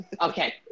Okay